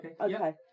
Okay